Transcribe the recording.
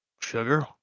Sugar